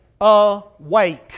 awake